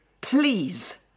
please